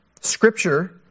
Scripture